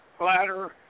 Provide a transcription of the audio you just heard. ladder